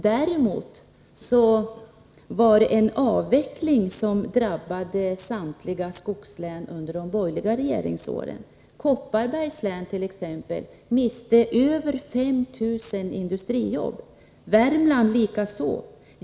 Däremot var det en avveckling som drabbade samtliga skogslän under de borgerliga regeringsåren. Kopparbergs län t.ex. miste över 5 000 industrijobb, Värmland likaså.